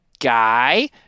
guy